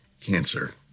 cancer